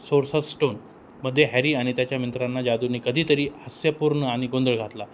sorcerer स्टोनमध्ये Harry आणि त्याच्या मित्रांना जादूने कधीतरी हास्यपूर्ण आणि गोंधळ घातला